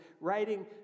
writing